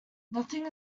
nothing